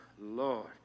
Lord